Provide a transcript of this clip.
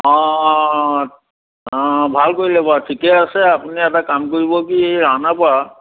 অঁ অঁ ভাল কৰিলে বাৰু ঠিকে আছে আপুনি এটা কাম কৰিব কি ৰাওনা পাৰা